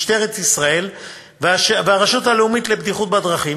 משטרת ישראל והרשות הלאומית לבטיחות בדרכים,